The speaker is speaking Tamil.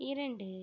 இரண்டு